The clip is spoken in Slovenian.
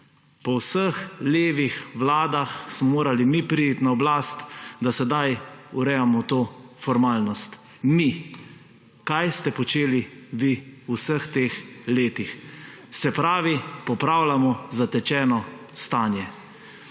Po vseh levih vladah smo morali mi priti na oblast, da sedaj urejamo to formalnost. Mi! Kaj ste počeli vi v vseh teh letih? Se pravi, popravljamo zatečeno stanje.